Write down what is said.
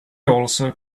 also